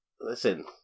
Listen